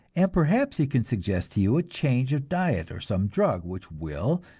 and perhaps he can suggest to you a change of diet or some drug which will,